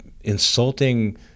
insulting